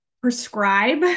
prescribe